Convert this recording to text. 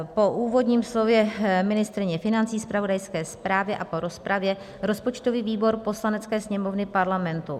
Po úvodním slově ministryně financí, zpravodajské zprávě a po rozpravě rozpočtový výbor Poslanecké sněmovny Parlamentu